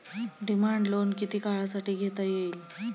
Demand loan किती काळासाठी घेता येईल?